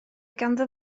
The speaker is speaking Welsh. ganddo